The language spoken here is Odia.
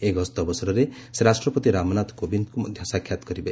ଏହି ଗସ୍ତ ଅବସରରେ ସେ ରାଷ୍ଟ୍ରପତି ରାମନାଥ କୋବିନ୍ଦଙ୍କୁ ମଧ୍ୟ ସାକ୍ଷାତ୍ କରିବେ